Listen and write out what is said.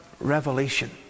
revelation